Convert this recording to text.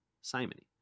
simony